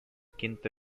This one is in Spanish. quinto